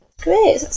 great